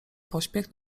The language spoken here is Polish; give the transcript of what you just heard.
pośpiech